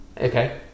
Okay